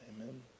Amen